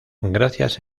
gracias